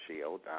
Shield